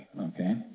okay